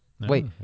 Wait